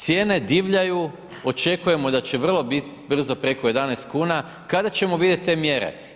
Cijene divljaju, očekujemo da će vrlo brzo preko 11 kuna, kada ćemo vidjeti te mjere?